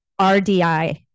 RDI